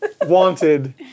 wanted